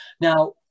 now